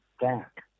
back